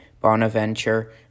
Bonaventure